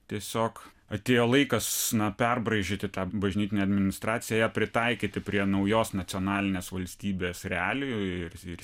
tiesiog atėjo laikas na perbraižyti tą bažnytinę administraciją ją pritaikyti prie naujos nacionalinės valstybės realijų ir ir